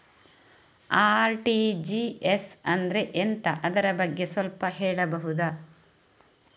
RTGS ಅಂದ್ರೆ ಎಂತ ಅದರ ಬಗ್ಗೆ ಸ್ವಲ್ಪ ಹೇಳಬಹುದ?